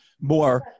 more